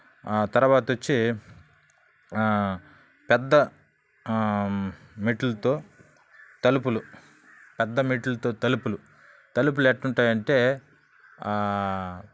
తర్వాత వచ్చి పెద్ద మెట్లుతో తలుపులు పెద్ద మెట్లుతో తలుపులు ఎలా ఉంటాయి అంటే